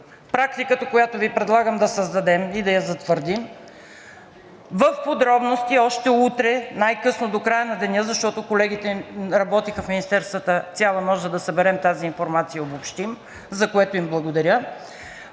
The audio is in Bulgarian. практиката, която Ви предлагам да създадем и да я затвърдим, в подробности още утре, най-късно до края на деня, защото колегите в министерствата работиха цяла нощ, за да съберем тази информация и да я обобщим, за което им благодаря,